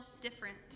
different